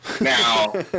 Now